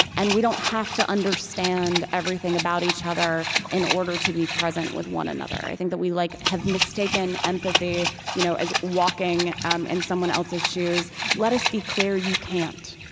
and we don't have to understand everything about each other in order to be present with one another. i think that we like have mistaken empathy you know as walking in um and someone else's shoes. let us be clear, you can't,